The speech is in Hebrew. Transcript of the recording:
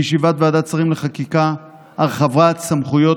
לישיבת ועדת שרים לחקיקה הרחבת סמכויות